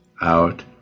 out